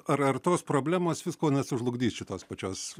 ar ar tos problemos visko nesužlugdys šitos pačios